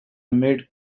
mid